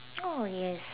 oh yes